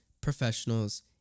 professionals